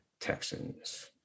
Texans